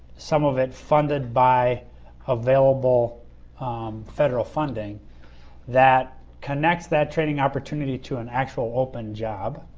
some of it funded by available federal funding that connects that training opportunity to an actual open job